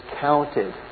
counted